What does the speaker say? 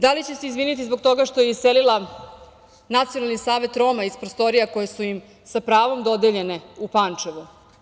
Da li će se izviniti zbog toga što je iselila Nacionalni savet Roma iz prostorija koje su im sa pravom dodeljene u Pančevu?